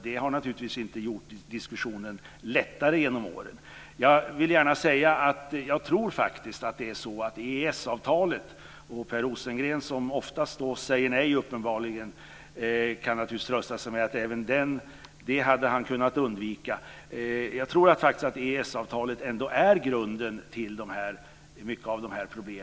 Det har inte gjort diskussionen lättare genom åren. Per Rosengren säger uppenbarligen oftast nej och kan trösta sig med att även det hade han kunnat undvika. Jag tror ändå att EES-avtalet är grunden till mycket av de här problemen.